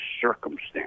circumstance